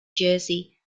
jersey